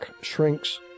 shrinks